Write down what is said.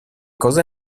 cosa